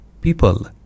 people